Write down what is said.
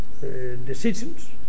decisions